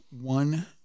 one